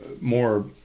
more